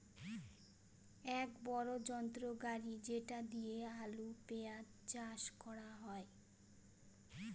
এক বড়ো যন্ত্র গাড়ি যেটা দিয়ে আলু, পেঁয়াজ চাষ করা হয়